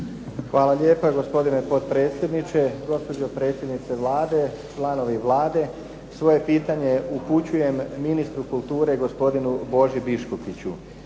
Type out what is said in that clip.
Hvala lijepa gospodine potpredsjedniče. Gospođo predsjednice Vlade, članovi Vlade. Svoje pitanje upućujem ministru kulture gospodinu Boži Biškupiću.